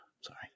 Sorry